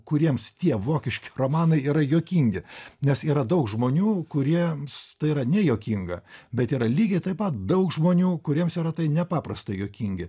kuriems tie vokiški romanai yra juokingi nes yra daug žmonių kuriems tai yra nejuokinga bet yra lygiai taip pat daug žmonių kuriems yra tai nepaprastai juokingi